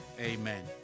Amen